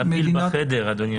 זה הפיל שבחדר, אדוני.